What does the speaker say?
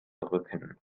rücken